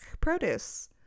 produce